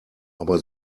aber